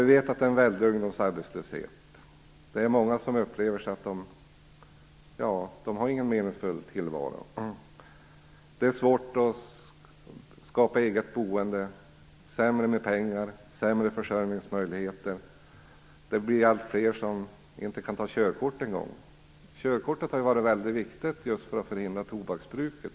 Vi vet att det är en väldig ungdomsarbetslöshet. Det är många som upplever att de inte har någon meningsfull tillvaro. Det är svårt att skapa eget boende, sämre med pengar, sämre försörjningsmöjligheter. Det blir alltfler som inte ens kan ta körkort. Körkortet har varit väldigt viktigt just för att förhindra tobaksbruket.